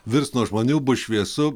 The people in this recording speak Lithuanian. virs nuo žmonių bus šviesu